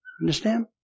Understand